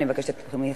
אני מבקשת את תמיכתכם.